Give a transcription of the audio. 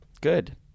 good